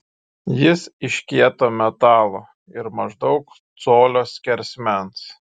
jis iš kieto metalo ir maždaug colio skersmens